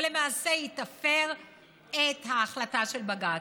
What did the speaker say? ולמעשה היא תפר את ההחלטה של בג"ץ.